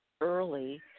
early